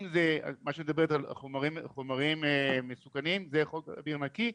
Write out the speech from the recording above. אם זה חומרים מסוכנים, זה חוק אוויר נקי.